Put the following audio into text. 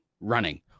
running